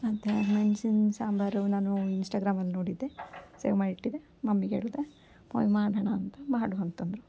ಮತ್ತು ಮೆಣ್ಸಿನ ಸಾಂಬಾರು ನಾನು ಇನ್ಸ್ಟಾಗ್ರಾಮಲ್ಲಿ ನೋಡಿದ್ದೆ ಸೇವ್ ಮಾಡಿಟ್ಟಿದ್ದೆ ಮಮ್ಮಿಗೆ ಹೇಳ್ದೆ ಮಮ್ಮಿ ಮಾಡೋಣ ಅಂತ ಮಾಡು ಅಂತಂದರು